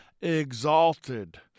exalted